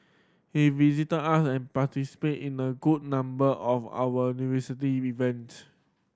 he visited us and participated in a good number of our university event